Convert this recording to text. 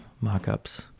mock-ups